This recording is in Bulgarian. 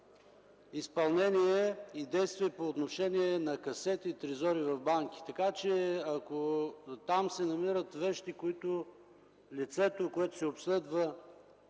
връзка за действия по отношение на касети и трезори в банки. Ако там се намират вещи, които лицето, което се обследва,